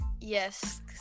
Yes